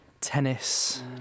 tennis